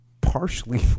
partially